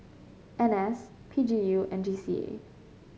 N S P G U and G C A